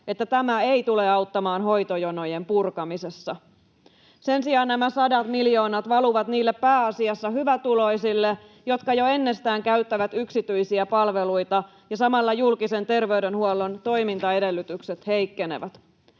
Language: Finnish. että tämä ei tule auttamaan hoitojonojen purkamisessa. Sen sijaan nämä sadat miljoonat valuvat niille pääasiassa hyvätuloisille, jotka jo ennestään käyttävät yksityisiä palveluita, ja samalla julkisen terveydenhuollon toimintaedellytykset heikkenevät.